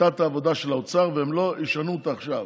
שיטת העבודה של האוצר, והם לא ישנו אותה עכשיו.